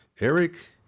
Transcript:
Eric